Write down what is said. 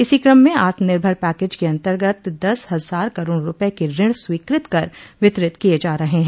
इसी क्रम में आत्मनिर्भर पैकेज के अन्तर्गत दस हजार करोड़ रूपये के ऋण स्वीकृत कर वितरित किये जा रहे हैं